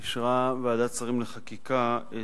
אישרה ועדת שרים לחקיקה,